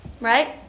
right